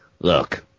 Look